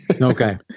Okay